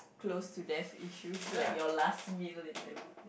close to death issues like your last meal and everything